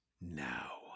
now